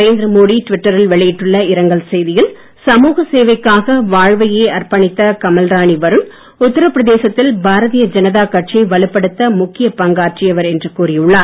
நரேந்திர மோடி ட்விட்டரில் வெளியிட்டுள்ள இரங்கல் செய்தியில் சமூக சேவைக்காக வாழ்வையே அர்பணித்த கமல்ராணி வருண் உத்தர பிரதேசத்தில் பாரதீய ஜனதா கட்சியை வலுப்படுத்த முக்கிய பங்காற்றியவர் என்று கூறியுள்ளார்